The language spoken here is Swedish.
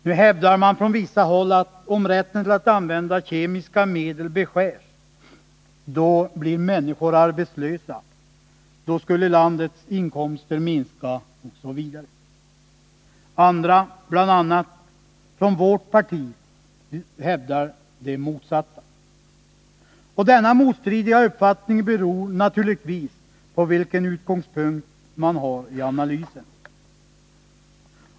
Nu hävdar man från vissa håll att om rätten att använda kemiska medel beskärs, då blir människor arbetslösa, då kommer landets inkomster att minska, osv. Andra, bl.a. vårt parti, hävdar det motsatta. Att uppfattningarna är motstridiga beror naturligtvis på olika utgångspunkter i analysen.